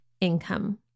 income